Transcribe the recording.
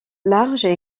larges